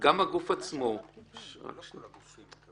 גם הגוף עצמו ------ לא כל הגופים מקבלים.